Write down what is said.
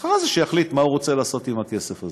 אחרי זה שיחליט מה הוא רוצה לעשות עם הכסף הזה.